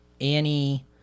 Annie